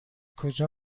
کجا